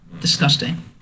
Disgusting